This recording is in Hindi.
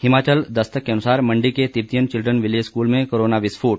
हिमाचल दस्तक के अनुसार मंडी के तिब्बतियन चिल्ड्रन विलेज स्कूल में कोरोना विस्फोट